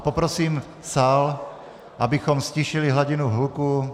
Poprosím sál, abychom ztišili hladinu hluku.